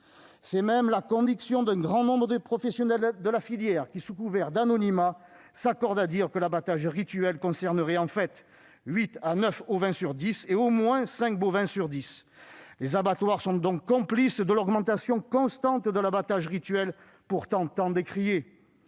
C'est même la conviction d'un grand nombre des professionnels de la filière qui, sous couvert d'anonymat, s'accordent à dire que l'abattage rituel concernerait en fait 8 à 9 ovins sur 10 et au moins 5 bovins sur 10. » Les abattoirs sont donc complices de l'augmentation constante de l'abattage rituel, pourtant si décrié.